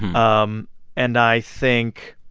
um and i think